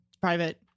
Private